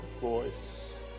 voice